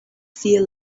sea